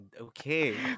Okay